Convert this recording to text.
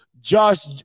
Josh